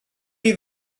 chi